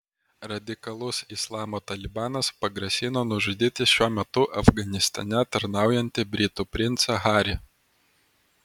radikalus islamo talibanas pagrasino nužudyti šiuo metu afganistane tarnaujantį britų princą harį